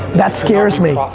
that scares me,